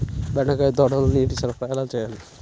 బెండకాయ తోటలో నీటి సరఫరా ఎలా చేయాలి?